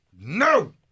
No